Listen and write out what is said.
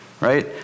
right